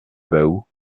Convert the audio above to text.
baou